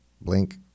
Blink